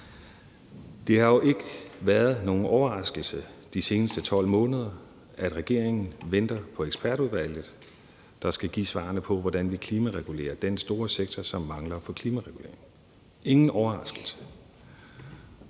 måneder ikke været nogen overraskelse, at regeringen venter på ekspertudvalget, der skal give svarene på, hvordan vi klimaregulerer den store sektor, som mangler på klimaområdet. Det er ingen overraskelse.